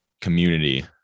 community